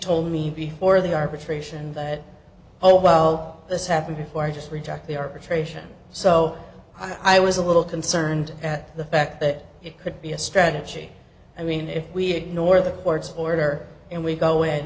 told me before the arbitration that oh well this happened before i just reject the arbitration so i was a little concerned at the fact that it could be a strategy i mean if we ignore the court's order and we go